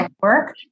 work